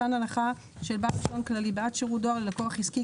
מתן הנחה של בעל רישיון כללי בעד שירות דואר ללקוח עסקי,